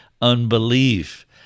unbelief